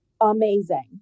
amazing